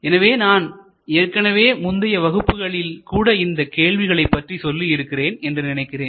எனவே நான் ஏற்கனவே முந்தைய வகுப்புகளில் கூட இந்தக் கேள்விகளைப் பற்றி சொல்லியிருக்கிறேன் என்று நினைக்கிறேன்